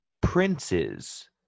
princes